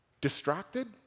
Distracted